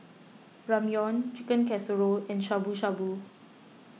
Ramyeon Chicken Casserole and Shabu Shabu